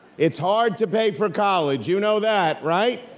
it's hard to pay for college, you know that, right?